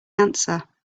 answer